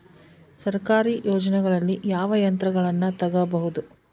ಸರ್ಕಾರಿ ಯೋಜನೆಗಳಲ್ಲಿ ಯಾವ ಯಂತ್ರಗಳನ್ನ ತಗಬಹುದು?